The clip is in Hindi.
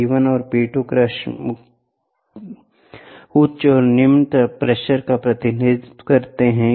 P1 और P2 क्रमशः उच्च और निम्न प्रेशर का प्रतिनिधित्व करते हैं